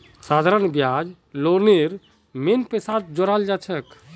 साधारण ब्याज लोनेर मेन पैसात जोड़ाल जाछेक